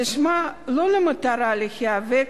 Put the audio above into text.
ששמה לה למטרה להיאבק